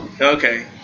Okay